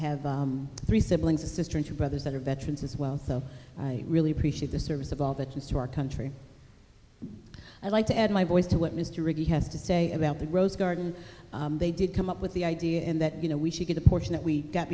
have three siblings a sister and your brothers that are veterans as well so i really appreciate the service of all that is to our country i'd like to add my voice to what mr rickey has to say about the rose garden they did come up with the idea and that you know we should get a portion that we got